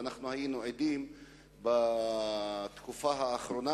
ואנחנו היינו עדים בתקופה האחרונה,